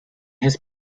his